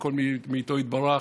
הכול מאיתו יתברך,